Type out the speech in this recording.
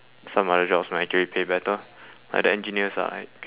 some other jobs might actually pay better like the engineers are like